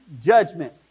judgment